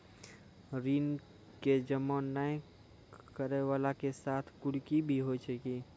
ऋण के जमा नै करैय वाला के साथ कुर्की भी होय छै कि?